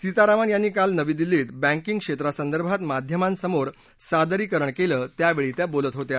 सीतारामन यांनी काल नवी दिल्लीत बँकिंग क्षेत्रासंदर्भात माध्यमांसमोर सादरीकरण केलं त्यावेळी त्या बोलत होत्या